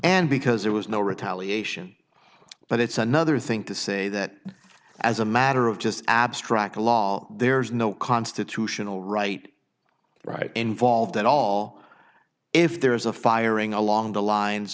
and because there was no retaliation but it's another thing to say that as a matter of just abstract a law there is no constitutional right right involved at all if there is a firing along the lines